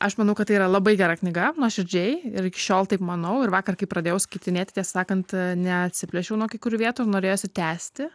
aš manau kad tai yra labai gera knyga nuoširdžiai ir iki šiol taip manau ir vakar kai pradėjau skaitinėti ties sakant neatsiplėšiau nuo kai kurių vietų ir norėjosi tęsti